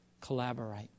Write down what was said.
collaborate